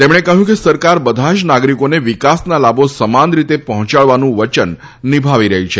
તેમણે કહ્યું કે સરકાર બધા જ નાગરીકોને વિકાસના લાભો સમાન રીતે પહોંચાડવાનું વચન નિભાવી રહી છે